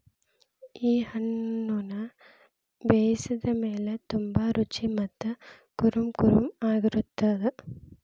ಈ ಹಣ್ಣುನ ಬೇಯಿಸಿದ ಮೇಲ ತುಂಬಾ ರುಚಿ ಮತ್ತ ಕುರುಂಕುರುಂ ಆಗಿರತ್ತದ